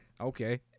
Okay